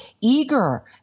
eager